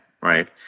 right